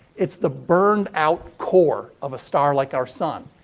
it's the but and out core of a star like our sun.